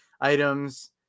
items